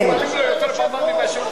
נותנים לו במה יותר ממה שהוא צריך.